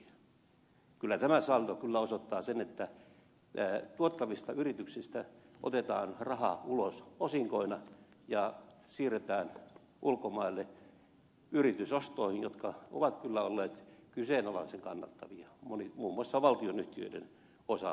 kyllä tämä saldo osoittaa sen että tuottavista yrityksistä otetaan raha ulos osinkoina ja siirretään ulkomaille yritysostoihin jotka ovat kyllä olleet kyseenalaisen kannattavia muun muassa valtionyhtiöiden osalta